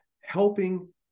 helping